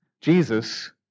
Jesus